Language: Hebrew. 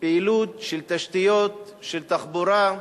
פעילות של תשתיות, של תחבורה,